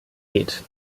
geht